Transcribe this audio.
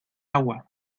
agua